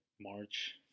March